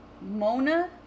Mona